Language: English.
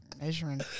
Measuring